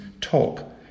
talk